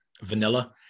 vanilla